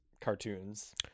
cartoons